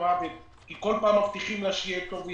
למוות כי כל פעם מבטיחים לה שיהיה טוב,